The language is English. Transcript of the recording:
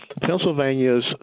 Pennsylvania's